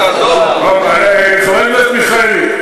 חבר הכנסת מיכאלי,